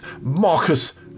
Marcus